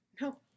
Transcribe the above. No